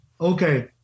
Okay